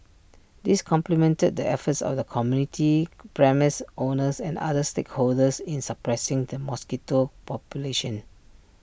this complemented the efforts of the community premises owners and other stakeholders in suppressing the mosquito population